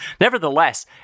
Nevertheless